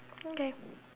okay